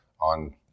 on